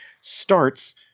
starts